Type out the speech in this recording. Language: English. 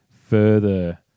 further